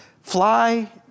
fly